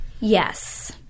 Yes